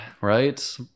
right